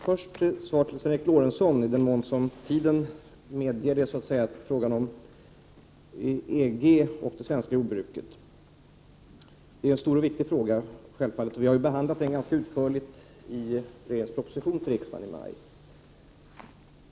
I den mån som tiden medger det vill jag svara på Sven Eric Lorentzons fråga om EG och det svenska jordbruket. Det är självfallet en stor och viktig fråga. Vi behandlade den ganska utförligt i regeringens proposition till riksdagen i maj.